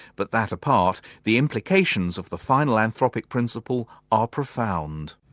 but that apart, the implications of the final anthropic principle are profound.